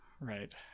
right